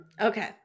Okay